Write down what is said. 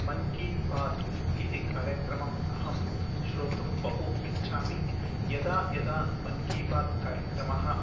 मन् की बात् इति कार्यक्रमम् अहं श्रोतुं बहु इच्छामि यदा यदा मन् की बात् कार्यक्रमः